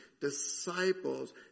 disciples